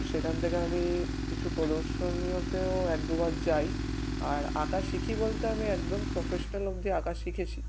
সেখান থেকে আমি কিছু প্রদর্শনীতেও এক দুবার যাই আর আঁকা শিখি বলতে আমি একদম প্রফেশনাল অবধি আঁকা শিখেছি